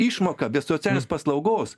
išmoką be socialinės paslaugos